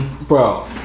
bro